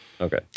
Okay